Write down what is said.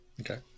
Okay